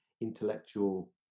intellectual